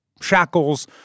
shackles